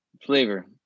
Flavor